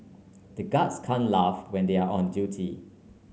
the guards can't laugh when they are on duty